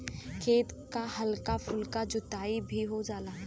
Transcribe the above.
खेत क हल्का फुल्का जोताई भी हो जायेला